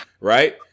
Right